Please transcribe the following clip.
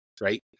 right